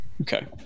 Okay